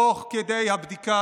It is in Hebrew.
תוך כדי הבדיקה,